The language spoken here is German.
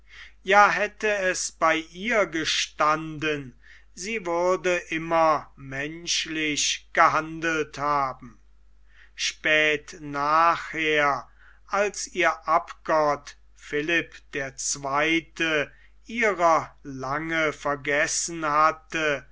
ja hätte es bei ihr gestanden sie würde immer menschlich gehandelt haben spät nachher als ihr abgott philipp der zweite ihrer lange vergessen hatte